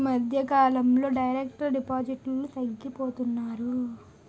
ఈ మధ్యకాలంలో డైరెక్ట్ డిపాజిటర్లు తగ్గిపోతున్నారు